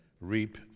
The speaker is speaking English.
reap